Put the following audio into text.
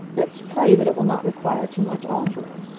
let's pray that it will not require too much altering.